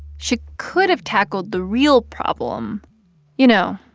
she could have tackled the real problem you know,